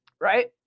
right